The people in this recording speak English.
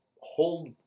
hold